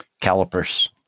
calipers